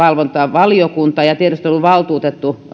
tiedusteluvalvontavaliokunta ja tiedusteluvaltuutettu